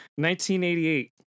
1988